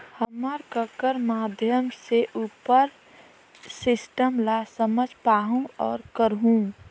हम ककर माध्यम से उपर सिस्टम ला समझ पाहुं और करहूं?